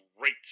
great